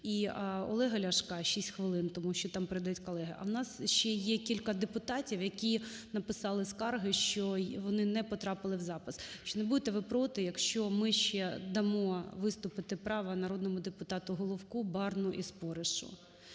і Олега Ляшка, 6 хвилин, тому що там передають колеги. А у нас ще є кілька депутатів, які написали скарги, що вони не потрапили в запис. Чи не будете ви проти, якщо ми ще дамо виступити право народному депутату Головку, Барні і Споришу,